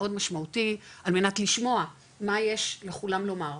מאוד משמעותי על מנת לשמוע מה יש לכולם לומר,